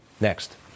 Next